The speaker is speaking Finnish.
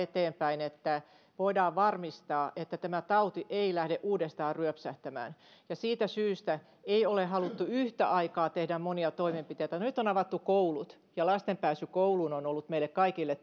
että voidaan varmistaa että tämä tauti ei lähde uudestaan ryöpsähtämään ja siitä syystä ei ole haluttu yhtä aikaa tehdä monia toimenpiteitä nyt on avattu koulut ja lasten pääsy kouluun on ollut meille kaikille